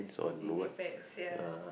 it depends ya